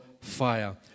fire